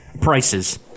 Prices